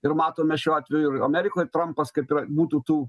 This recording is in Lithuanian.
ir matome šiuo atveju ir amerikoj trampas kaip būtų tų